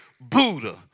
Buddha